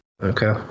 Okay